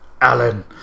alan